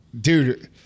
dude